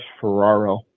Ferraro